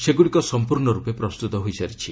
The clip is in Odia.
ସେଗୁଡ଼ିକ ସମ୍ପର୍ଷରୂପେ ପ୍ରସ୍ତୁତ ହୋଇସାରିଛି